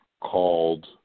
called